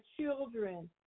children